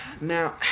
Now